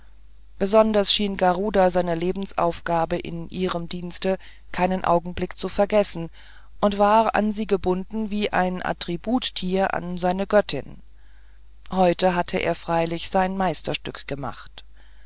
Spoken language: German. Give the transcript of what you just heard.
besonders schien garuda seine lebensaufgabe in ihrem dienste keinen augenblick zu vergessen und war an sie gebunden wie ein attribut tier an seine göttin heute hatte er freilich sein meisterstück gemacht